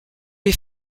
est